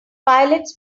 pilots